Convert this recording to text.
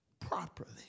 properly